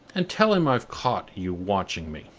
and tell him i've caught you watching me.